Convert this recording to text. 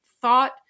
thought